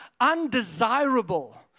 undesirable